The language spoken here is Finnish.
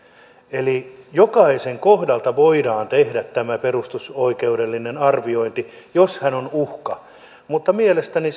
eli jokaisen kohdalla voidaan tehdä tämä perusoikeudellinen arviointi jos hän on uhka mutta mielestäni